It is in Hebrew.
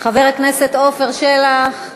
חבר הכנסת עפר שלח.